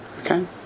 okay